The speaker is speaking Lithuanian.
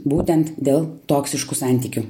būtent dėl toksiškų santykių